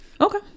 okay